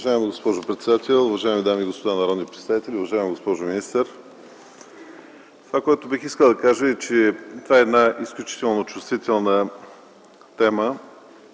Уважаема госпожо председател, уважаеми дами и господа народни представители, уважаема госпожо министър! Бих искал да кажа, че това е изключително чувствителна тема,